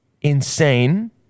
insane